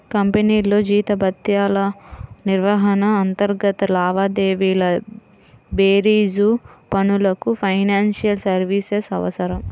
కంపెనీల్లో జీతభత్యాల నిర్వహణ, అంతర్గత లావాదేవీల బేరీజు పనులకు ఫైనాన్షియల్ సర్వీసెస్ అవసరం